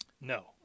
No